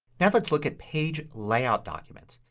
yeah let's look at page layout documents.